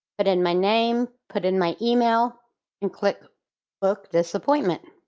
put in my name, put in my email and click book this appointment.